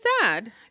sad